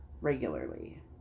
regularly